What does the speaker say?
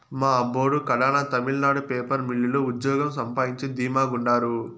మా అబ్బోడు కడాన తమిళనాడు పేపర్ మిల్లు లో ఉజ్జోగం సంపాయించి ధీమా గుండారు